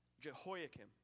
Jehoiakim